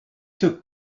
took